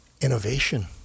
innovation